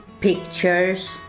pictures